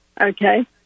Okay